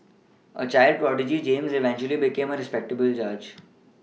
a child prodigy James eventually became a respectable judge